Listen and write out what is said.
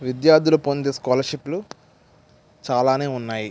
విద్యార్థులు పొందే స్కాలర్షిప్పులు చాలానే ఉన్నాయి